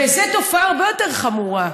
וזו תופעה הרבה יותר חמורה,